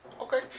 Okay